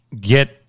get